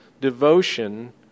devotion